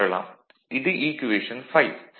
இது ஈக்குவேஷன் 5